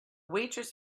waitress